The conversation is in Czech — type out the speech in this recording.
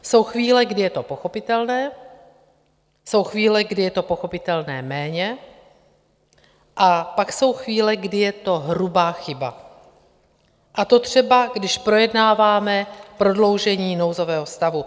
Jsou chvíle, kdy je to pochopitelné, jsou chvíle, kdy je to pochopitelné méně, a pak jsou chvíle, kdy je to hrubá chyba, a to třeba když projednáváme prodloužení nouzového stavu.